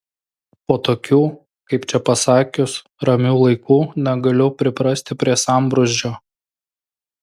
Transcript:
po tokių kaip čia pasakius ramių laikų negaliu priprasti prie sambrūzdžio